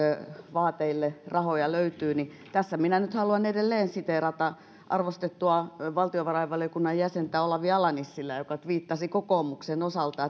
vaateille rahoja löytyy niin tässä minä nyt haluan edelleen siteerata arvostettua valtiovarainvaliokunnan jäsentä olavi ala nissilää joka tviittasi kokoomuksen osalta